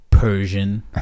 Persian